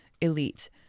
elite